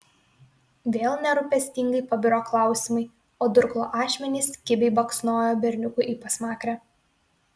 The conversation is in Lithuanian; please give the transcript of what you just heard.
vėl nerūpestingai pabiro klausimai o durklo ašmenys kibiai baksnojo berniukui į pasmakrę